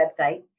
website